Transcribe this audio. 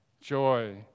joy